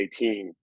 2018